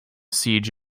siege